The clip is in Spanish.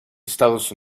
estados